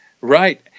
Right